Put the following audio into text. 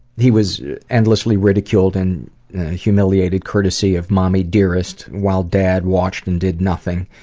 he was endlessly ridiculed and humiliated, courtesy of mommie dearest while dad watched and did nothing.